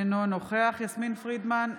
אינו נוכח יסמין פרידמן,